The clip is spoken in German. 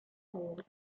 teil